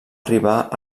arribar